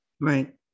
Right